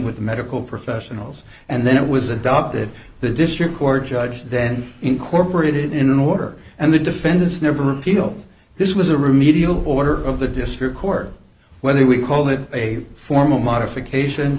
with medical professionals and then it was adopted the district court judge then incorporated in an order and the defendants never appeal this was a remedial order of the district court whether we called it a formal modification